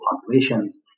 populations